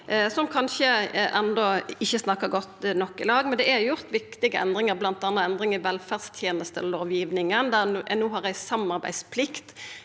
enno ikkje godt nok i lag, men det er gjort viktige endringar, bl.a. endringar i velferdstenestelovgivinga,